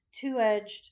two-edged